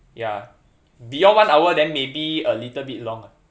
ya beyond one hour then maybe a little bit long ah